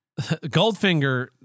Goldfinger